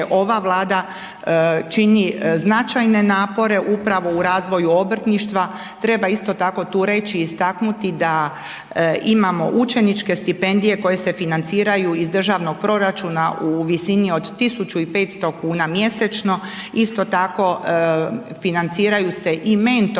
ova Vlada čini značajne napore upravo u razvoju obrtništva. Treba isto tako, tu reći, istaknuti da imamo učeničke stipendije koje se financiraju iz državnog proračuna u visini od 1500 kn/mj. Isto tako, financiraju se i mentori